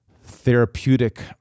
therapeutic